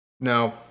Now